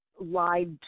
lied